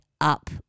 up